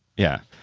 yeah.